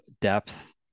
depth